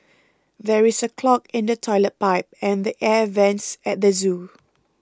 there is a clog in the Toilet Pipe and the Air Vents at the zoo